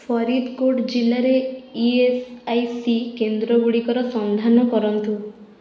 ଫରିଦ୍କୋଟ୍ ଜିଲ୍ଲାରେ E S I C କେନ୍ଦ୍ରଗୁଡ଼ିକର ସନ୍ଧାନ କରନ୍ତୁ